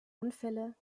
unfälle